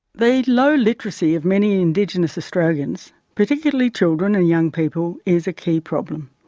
the low literacy of many indigenous australians, particularly children and young people is a key problem.